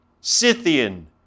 Scythian